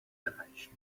damaged